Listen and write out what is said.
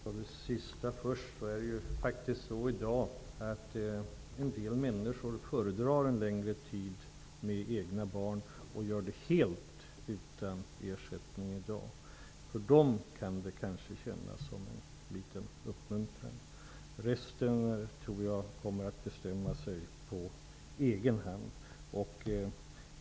Fru talman! Låt mig svara på det sist nämnda först. Det finns i dag en del människor som föredrar en längre tid tillsammans med egna barn, helt utan ersättning. För dem kan det kanske kännas som en liten uppmuntran med ett bidrag. Resten kommer säkerligen att bestämma sig av egna skäl.